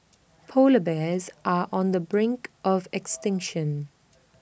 Polar Bears are on the brink of extinction